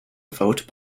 vote